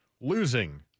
losing